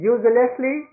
Uselessly